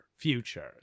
future